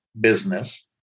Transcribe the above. business